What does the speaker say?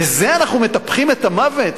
בזה אנחנו מטפחים את המוות?